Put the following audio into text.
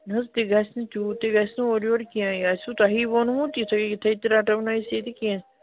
نہ حظ تہِ گَژھِ نہٕ تیوت تہِ گَژھِ نہٕ اورٕ یورٕ کینٛہہ یہِ آسوِ تۄہے وونمُت یہِ تھٲیِو یِتھے تہِ رَٹہو نہٕ أسۍ ییٚتہ کینٛہہ